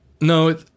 No